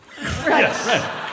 Yes